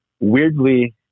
Weirdly